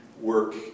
work